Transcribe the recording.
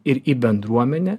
ir į bendruomenę